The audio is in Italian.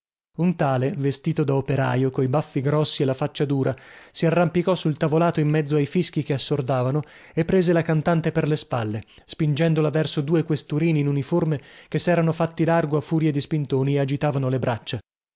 un tale vestito da operaio coi baffi grossi e la faccia dura si arrampicò sul tavolato in mezzo ai fischi che assordavano e prese la cantante per le spalle spingendola verso due questurini in uniforme che serano fatti largo a furia di spintoni e agitavano le braccia